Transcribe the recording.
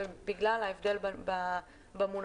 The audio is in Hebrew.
בגלל ההבדל במונחים,